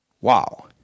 Wow